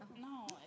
No